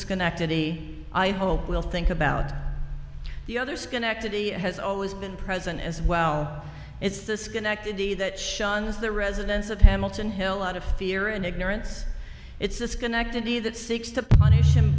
schenectady i hope will think about the other schenectady has always been present as well it's the schenectady that shuns the residents of hamilton hill out of fear and ignorance it's disconnectedly that seeks to punish him